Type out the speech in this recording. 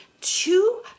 two